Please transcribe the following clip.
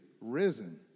risen